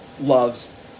loves